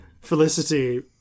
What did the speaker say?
Felicity